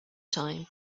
time